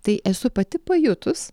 tai esu pati pajutus